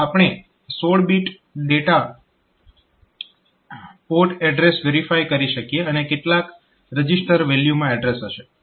તો આપણે 16 bit port address specify કરી શકીએ અને કેટલાક રજીસ્ટર વેલ્યુમાં એડ્રેસ હશે